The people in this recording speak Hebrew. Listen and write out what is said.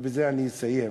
ובזה אני אסיים.